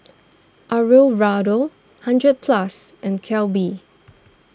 Alfio Raldo hundred Plus and Calbee